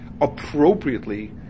appropriately